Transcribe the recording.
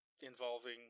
involving